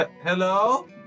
Hello